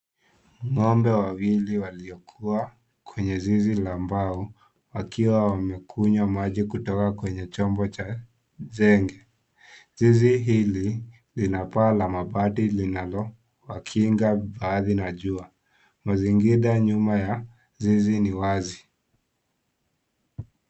Ng'ombe wawili waliokuwa kwenye zizi la mbao wakiwa wamekunywa maji kutoka kwenye chombo cha nzenge. Zizi hili lina paa la mabati linalowakinga baadhi na jua mazingira nyuma ya zizi ni wazi .